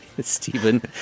Stephen